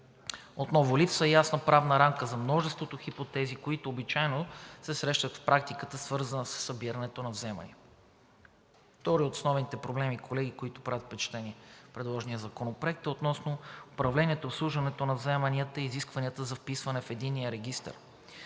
Отново липсва ясна правна рамка за множеството хипотези, които обичайно се срещат в практиката, свързана със събирането на вземания. Вторият от основните проблеми, колеги, които правят впечатление в предложения законопроект, е относно управлението, обслужването на вземанията и изискванията за вписване в единния регистър.